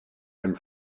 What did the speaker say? ein